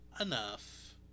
enough